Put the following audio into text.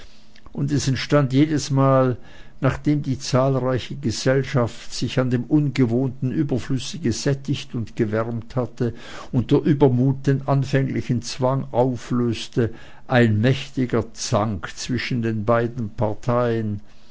und es entstand jedesmal nachdem die zahlreiche gesellschaft sich an dem ungewohnten überflusse gesättigt und gewärmt hatte und der übermut den anfänglichen zwang auflöste ein mächtiger zank zwischen beiden parteien